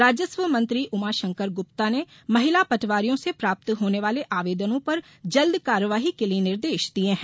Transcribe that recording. राजस्व मंत्री उमाशंकर गुप्ता ने महिला पटवारियों से प्राप्त होने वाले आवेदनों पर जल्द कार्यवाही के निर्देश दिए हैं